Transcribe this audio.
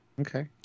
Okay